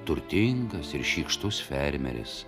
turtingas ir šykštus fermeris